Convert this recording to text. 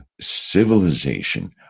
civilization